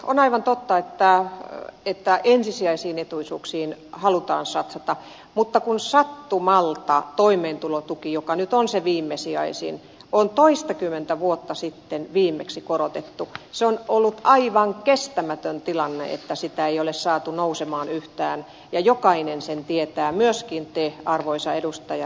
on aivan totta että ensisijaisiin etuisuuksiin halutaan satsata mutta kun sattumalta toimeentulotukea joka nyt on se viimesijaisin on toistakymmentä vuotta sitten viimeksi korotettu niin se on ollut aivan kestämätön tilanne että sitä ei ole saatu nousemaan yhtään ja jokainen sen tietää myöskin te arvoisa edustaja rehula